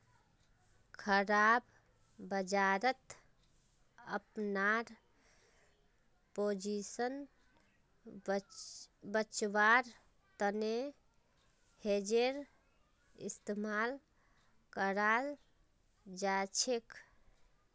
खराब बजारत अपनार पोजीशन बचव्वार तने हेजेर इस्तमाल कराल जाछेक